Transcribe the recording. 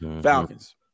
Falcons